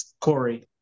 Corey